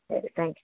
ശരി thank you